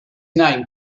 name